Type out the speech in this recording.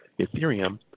Ethereum